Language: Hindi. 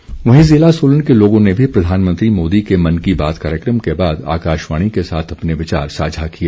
प्रतिक्रिया वहीं जिला सोलन के लोगों ने भी प्रधानमंत्री मोदी के मन की बात कार्यक्रम के बाद आकाशवाणी के साथ अपने विचार सांझा किए